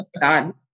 God